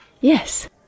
Yes